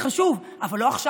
זה חשוב, אבל לא עכשיו.